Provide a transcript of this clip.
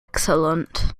excellent